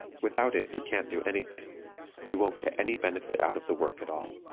without it you can't do anything you won't get any benefit out of the work at all.